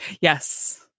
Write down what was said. yes